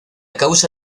causa